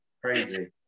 Crazy